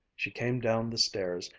she came down the stairs,